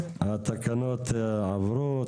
הצבעה התקנות עברו.